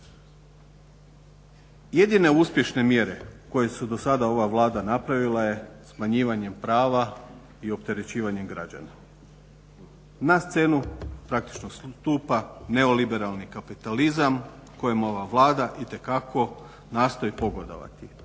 Jedine uspješne mjere koje je do sada ova Vlada napravila jesu smanjivanjem prava i opterećivanjem građana. Na scenu praktično stupa neoliberalni kapitalizam kojemu ova vlada itekako nastoji pogodovati.